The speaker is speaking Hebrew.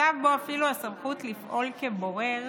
מצב שבו אפילו הסמכות לפעול כבורר